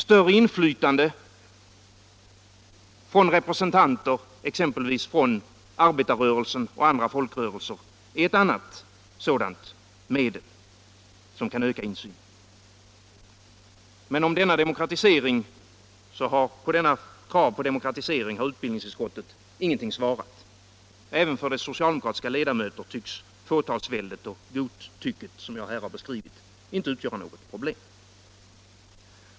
Större inflytande från representanter exempelvis för arbes I tarrörelsen och andra folkrörelser är ett annat sådant medel som kan = Vissa forskningsfråöka insynen. Men om dessa krav på demokratisering har utbildnings = gor utskottet ingenting svarat. Inte heller för dess socialdemokratiska ledamöter tycks fåtalsväldet och godtycket, som jag här har beskrivit, utgöra något problem.